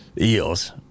eels